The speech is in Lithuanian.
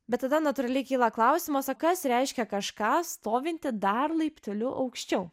bet tada natūraliai kyla klausimas o kas reiškia kažką stovintį dar laipteliu aukščiau